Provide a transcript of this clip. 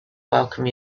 welcome